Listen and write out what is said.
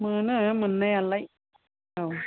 मोनो मोननायालाय औ